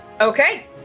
Okay